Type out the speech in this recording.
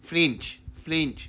fringe flinch